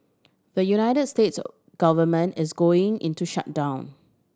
the United States government is going into shutdown